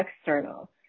external